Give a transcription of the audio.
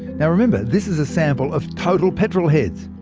now remember, this is a sample of total petrol heads.